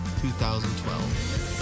2012